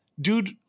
dude